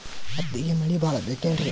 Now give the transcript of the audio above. ಹತ್ತಿಗೆ ಮಳಿ ಭಾಳ ಬೇಕೆನ್ರ?